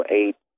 eight